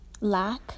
lack